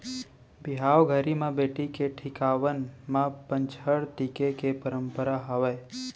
बिहाव घरी म बेटी के टिकावन म पंचहड़ टीके के परंपरा हावय